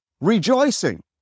rejoicing